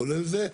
כולל זה.